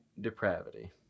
depravity